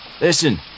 Listen